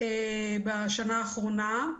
בשנה האחרונה.